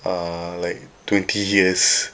err like twenty years